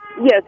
Yes